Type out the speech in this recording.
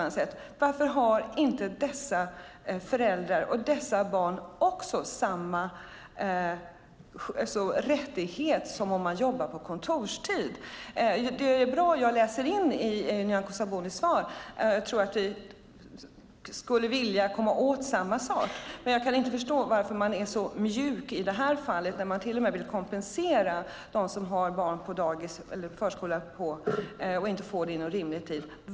Varför har inte dessa föräldrar samma rättighet till barnomsorg som de som jobbar på kontorstid? Det är bra, och jag läser in det i Nyamko Sabunis svar, att vi verkar vilja komma åt samma sak. Men jag kan inte förstå varför man är så mjuk i det här fallet att man till och med vill kompensera dem som inte får plats i förskola inom rimlig tid.